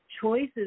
choices